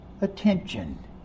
attention